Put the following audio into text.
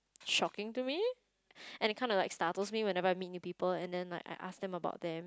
shocking to me and it kinda like startles me whenever I meet new people and then like I ask them about them